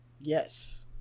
Yes